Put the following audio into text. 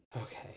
Okay